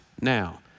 now